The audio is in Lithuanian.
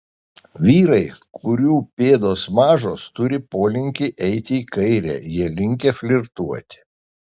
vyrai kurių pėdos mažos turi polinkį eiti į kairę jie linkę flirtuoti